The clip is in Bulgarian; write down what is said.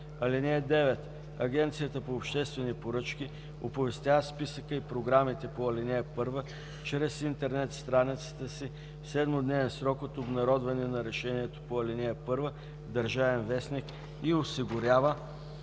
Закона. (9) Агенцията по обществени поръчки оповестява списъка и програмите по ал. 1 чрез интернет страницата си в 7-дневен срок от обнародването на решенията по ал. 1 в „Държавен вестник” и осигурява